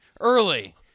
early